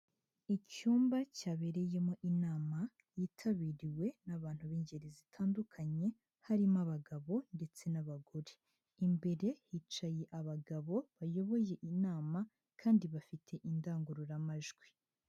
Icyumba cyabereyemo inama, yitabiriwe n'abantu b'ingeri zitandukanye harimo abagabo ndetse n'abagore, imbere hicaye abagabo bayoboye inama kandi bafite indangururamajwi.